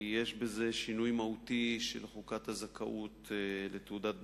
כי יש בזה שינוי מהותי של חוקת הזכאות לתעודת בגרות,